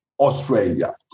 Australia